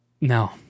No